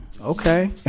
okay